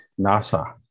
NASA